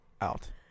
out